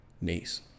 niece